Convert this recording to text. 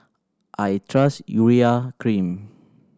I trust Urea Cream